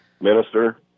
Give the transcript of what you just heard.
Minister